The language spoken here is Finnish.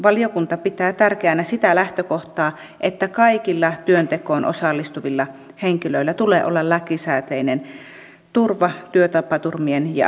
valiokunta pitää tärkeänä sitä lähtökohtaa että kaikilla työntekoon osallistuvilla henkilöillä tulee olla lakisääteinen turva työtapaturmien ja ammattitautien varalta